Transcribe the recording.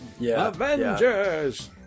Avengers